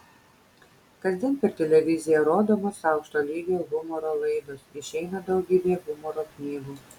kasdien per televiziją rodomos aukšto lygio humoro laidos išeina daugybė humoro knygų